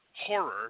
horror